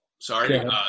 sorry